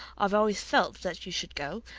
i've always felt that you should go.